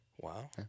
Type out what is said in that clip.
Wow